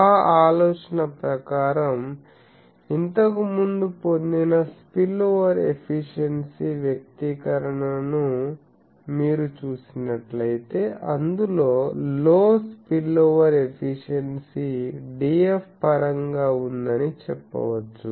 ఆ ఆలోచన ప్రకారం ఇంతకు ముందు పొందిన స్పిల్ఓవర్ ఎఫిషియెన్సీ వ్యక్తీకరణను మీరు చూసినట్లయితే అందులో లో స్పిల్ఓవర్ ఎఫిషియెన్సీ Df పరంగా ఉందని చెప్పవచ్చు